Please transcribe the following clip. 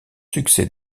succès